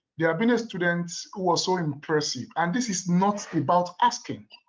yeah been a student who was so impressive and this is not about asking,